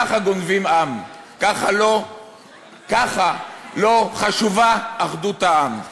ככה גונבים עם, ככה לא חשובה אחדות העם.